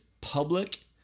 public